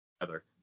together